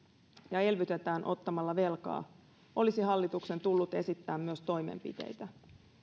ja elvytetään ottamalla velkaa olisi hallituksen tullut esittää myös toimenpiteitä